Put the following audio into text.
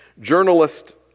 journalist